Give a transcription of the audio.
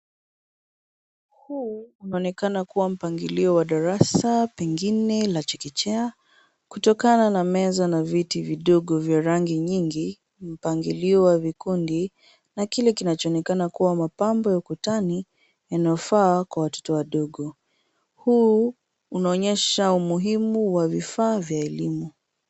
Huu unaonekana kuwa mpangilio wa darasa pengine la chekechea kutokana na meza na viti vidogo vya rangi nyingi, mpangilio wa vikundi na kile kinachoonekana kuwa mapambo ya ukutani yanayofaa kwa watoto wadogo. Huu unaonyesha umuhimu wa vifaa vya elimu.